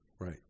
Right